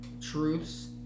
truths